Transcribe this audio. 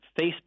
Facebook